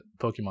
Pokemon